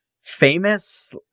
famous